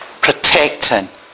protecting